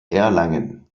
erlangen